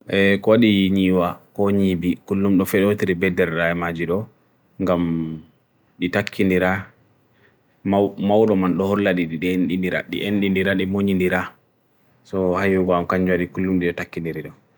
e kwa di ii niwa, kwa ni ii bi, kulu mndo feyo tiri bedder raya magiro ngam di taki nira mauroman lohorladi di endi nira, di endi nira, di mouni nira so hai yogo anganjwari kulu mndi taki nira